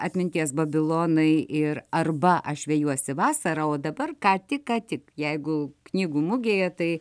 atminties babilonai ir arba aš vejuosi vasarą o dabar ką tik ką tik jeigu knygų mugėje tai